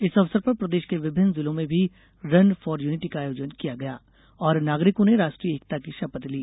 इस अवसर पर प्रदेश के विभिन्न जिलों में भी रन फॉर यूनिटी का आयोजन किया गया और नागरिकों ने राष्ट्रीय एकता की शपथ ली